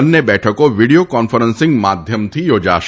બંને બેઠકો video conferencing માધ્યમથી યોજાશે